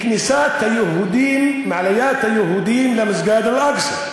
מכניסת היהודים, מעליית היהודים למסגד אל-אקצא.